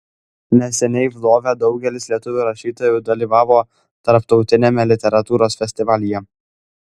neseniai lvove daugelis lietuvių rašytojų dalyvavo tarptautiniame literatūros festivalyje